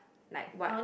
like what